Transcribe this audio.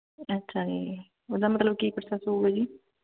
ਅੱਛਾ ਜੀ ਉਹਦਾ ਮਤਲਬ ਕੀ ਪ੍ਰੋਸੈਸ ਹੋੋਊਗਾ ਜੀ